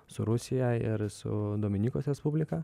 su rusija ir su dominikos respublika